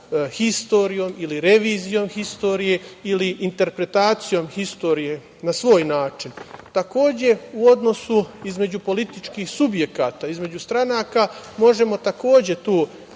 historijom ili revizijom historije ili interpretacijom historije na svoj način. Takođe, u odnosu između političkih subjekata, između stranaka možemo da